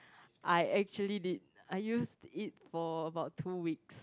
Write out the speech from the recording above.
I actually did I used it for about two weeks